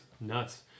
Nuts